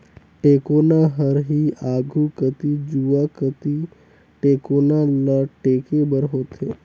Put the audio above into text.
टेकोना हर ही आघु कती जुवा कती टेकोना ल टेके बर होथे